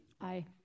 Aye